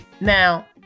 Now